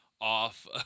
off